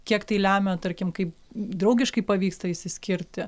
kiek tai lemia tarkim kai draugiškai pavyksta išsiskirti